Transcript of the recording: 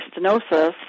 stenosis